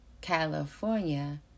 California